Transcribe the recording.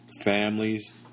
families